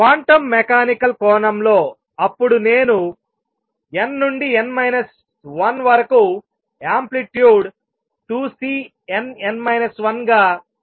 quantum mechanical కోణంలో అప్పుడు నేను n నుండి n మైనస్ 1 వరకు యాంప్లిట్యూడ్ 2Cnn 1 గా వ్రాయబోతున్నాను